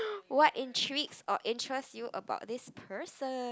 what intrigues or what interests you about this person